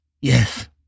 Yes